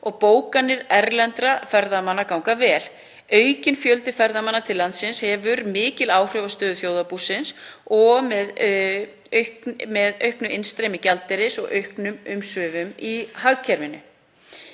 og bókanir erlendra ferðamanna ganga vel. Aukinn fjöldi ferðamanna til landsins hefur mikil áhrif á stöðu þjóðarbúsins með auknu innstreymi gjaldeyris og auknum umsvifum í hagkerfinu.